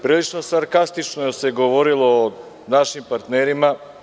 Prilično sarkastično se govorilo o našim partnerima.